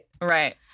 Right